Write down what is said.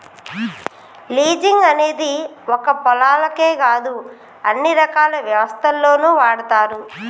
leasing అనేది ఒక్క పొలాలకే కాదు అన్ని రకాల వ్యవస్థల్లోనూ వాడతారు